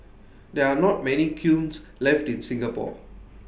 there are not many kilns left in Singapore